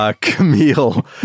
Camille